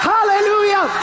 Hallelujah